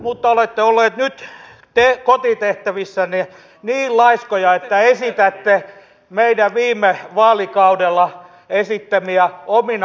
mutta te olette olleet nyt kotitehtävissänne niin laiskoja että esitätte meidän viime vaalikaudella esittämiämme omina ajatuksinanne